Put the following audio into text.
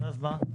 ואז מה?